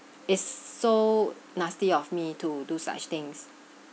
is so nasty of me to do such things